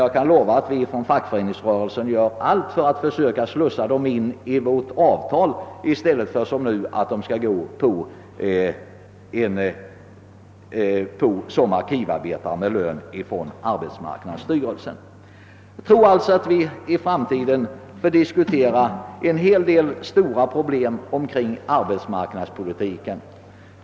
Jag kan dock lova att vi från fackföreningsrörelsen gör allt för att försöka slussa in arkivarbetarna i vårt avtal i stället för att de såsom nu är fallet skall behöva gå som arkivarbetare med lön från arbetsmarknadsstyrelsen. Jag tror alltså att vi i framtiden kommer att behöva diskutera en hel del stora problem kring arbetsmarknadspolitiken.